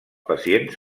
pacients